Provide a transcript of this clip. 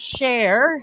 share